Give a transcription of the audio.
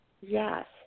Yes